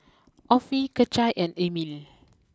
Offie Kecia and Emile